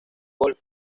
gold